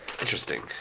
Interesting